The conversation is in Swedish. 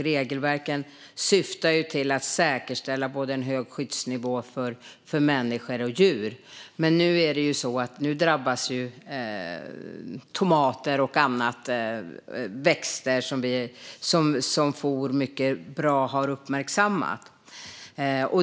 Regelverken syftar till att säkerställa en hög skyddsnivå för både människor och djur. Nu drabbas dock tomater och andra växter, så som FOR mycket bra har uppmärksammat.